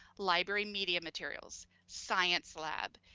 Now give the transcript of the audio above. library media materials, science lab,